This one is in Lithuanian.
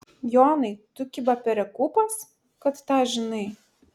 jonai tu kiba perekūpas kad tą žinai